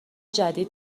جدید